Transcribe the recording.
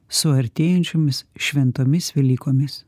su artėjančiomis šventomis velykomis